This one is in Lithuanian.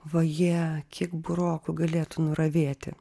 vaje kiek burokų galėtų nuravėti